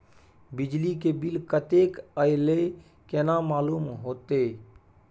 बिजली के बिल कतेक अयले केना मालूम होते?